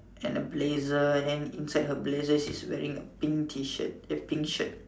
and a blazer and inside her blazer she's wearing a pink T shirt eh pink shirt